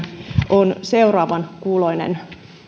on seuraavan kuuloinen